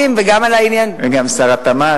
גם שר המשפטים וגם על העניין, וגם שר התמ"ת.